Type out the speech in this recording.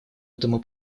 этому